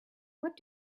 what